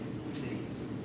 cities